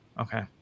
okay